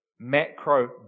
macro